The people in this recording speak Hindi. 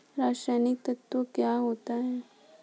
रसायनिक तत्व क्या होते हैं?